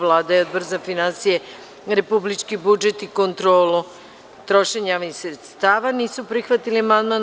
Vlada i Odbor za finansije, republički budžet i kontrolu trošenja javnih sredstava nisu prihvatili amandman.